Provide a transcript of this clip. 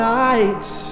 nights